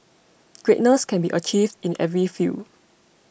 greatness can be achieved in every field